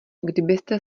kdybyste